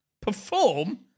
Perform